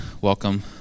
Welcome